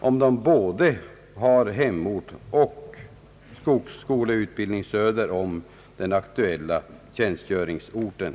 av området, om de både har hemort och skogsskoleutbildning söder om den aktuella tjänstgöringsorten.